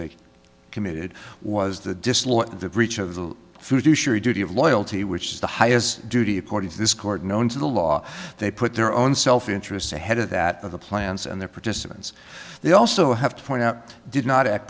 they committed was the disloyal and the breach of the food you sure duty of loyalty which is the highest duty according to this court known to the law they put their own self interests ahead of that of the plans and the participants they also have to point out did not a